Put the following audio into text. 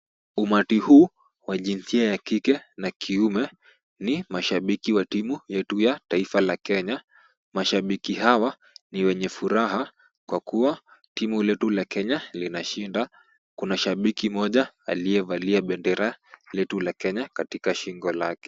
Umati huu wa jinsia ya kike na kiume ni mashabiki wa timu yetu ya taifa la Kenya. Mashabiki hawa ni wenye furaha kwa kuwa timu letu la Kenya linashinda. Kuna shabiki mmoja aliyevalia bendera letu la Kenya katika shingo lake.